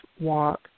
walk